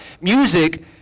music